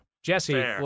Jesse